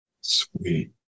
Sweet